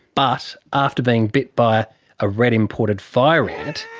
but after being bitten by a red imported fire ant,